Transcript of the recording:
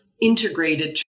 integrated